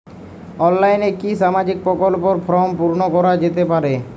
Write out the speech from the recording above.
অনলাইনে কি সামাজিক প্রকল্পর ফর্ম পূর্ন করা যেতে পারে?